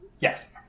Yes